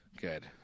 Good